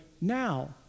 now